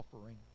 offering